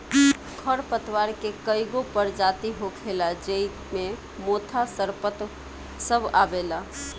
खर पतवार के कई गो परजाती होखेला ज़ेइ मे मोथा, सरपत सब आवेला